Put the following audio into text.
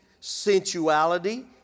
sensuality